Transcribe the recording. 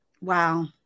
Wow